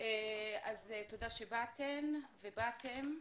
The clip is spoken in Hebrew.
תודה שבאתם ובאתן.